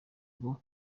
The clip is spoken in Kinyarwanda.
ngo